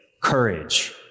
courage